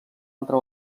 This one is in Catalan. altra